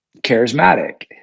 charismatic